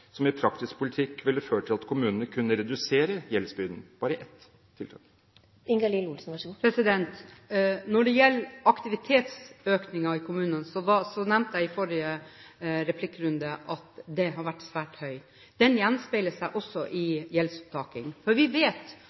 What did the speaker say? som i praktisk politikk ville ført til at kommunene kunne redusere gjeldsbyrden – bare ett tiltak. Når det gjelder aktivitetsøkningen i kommunene, nevnte jeg i mitt forrige replikksvar at den har vært svært høy. Dette gjenspeiler seg også i gjeldsopptakingen. Vi vet